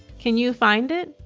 can you find it?